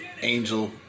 Angel